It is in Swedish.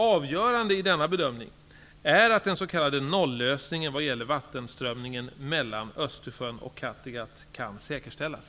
Avgörande i denna bedömning är att den s.k. nollösningen vad gäller vattenströmningen mellan Östersjön och Kattegatt kan säkerställas.